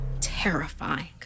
terrifying